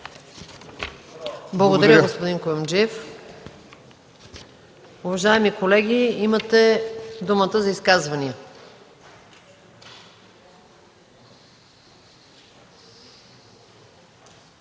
Благодаря, господин Куюмджиев. Уважаеми колеги, имате думата за изказвания.